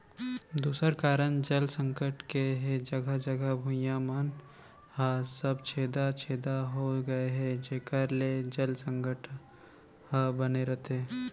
दूसर कारन जल संकट के हे जघा जघा भुइयां मन ह सब छेदा छेदा हो गए हे जेकर ले जल संकट हर बने रथे